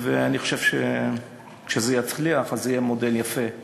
אני חושב שכשזה יצליח זה יהיה מודל יפה להצלחה.